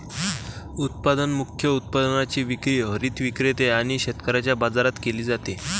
उत्पादन मुख्य उत्पादनाची विक्री हरित विक्रेते आणि शेतकऱ्यांच्या बाजारात केली जाते